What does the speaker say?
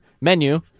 menu